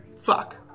Fuck